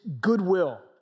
goodwill